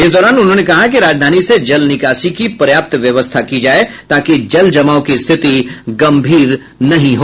इस दौरान उन्होंने कहा कि राजधानी से जल निकासी की पर्याप्त व्यवस्था की जाये ताकि जलजमाव की स्थिति गंभीर नहीं हो